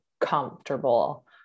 comfortable